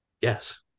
yes